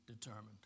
determined